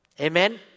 Amen